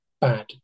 bad